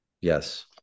yes